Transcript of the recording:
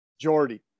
Jordy